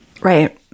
Right